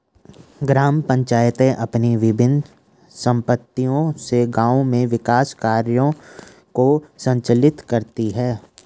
ग्राम पंचायतें अपनी विभिन्न समितियों से गाँव में विकास कार्यों को संचालित करती हैं